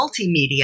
Multimedia